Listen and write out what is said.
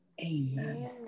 Amen